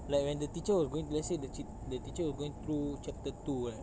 like when the teacher was going throu~ let's say the tea~ the teacher was going through chapter two kan